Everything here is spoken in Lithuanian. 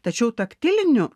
tačiau taktilinių